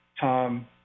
Tom